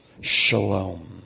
Shalom